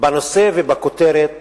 בנושא ובכותרת